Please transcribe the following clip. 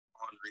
on